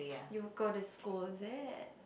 you will go to school is it